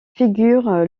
figure